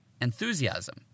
enthusiasm